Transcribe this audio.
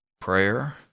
Prayer